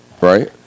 right